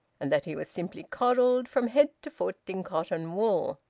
and that he was simply coddled from head to foot in cotton-wool.